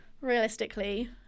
realistically